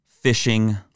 fishing